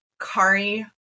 Kari